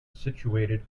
situated